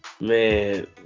Man